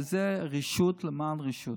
וזה רשעות למען רשעות.